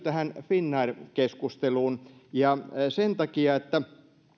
tähän finnair keskusteluun sen takia että